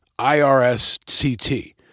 IRSCT